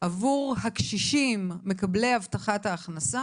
ועבור האנשים האלה השינוי הזה של עוד כמה עשרות שקלים בחודש,